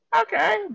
Okay